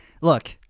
look